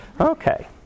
Okay